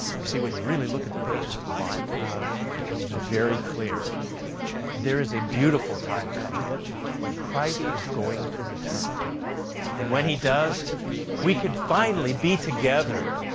you see when you really look at the pages of the bible it becomes very clear there is a beautiful time coming when christ is going to return and when he does we can finally be together.